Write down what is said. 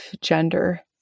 gender